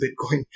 Bitcoin